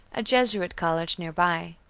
a jesuit college near by.